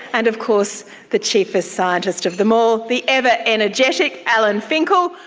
and of course the chiefest scientist of them all, the ever energetic alan finkel,